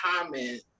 comment